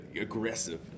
aggressive